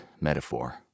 metaphor